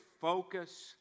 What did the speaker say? focus